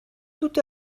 tout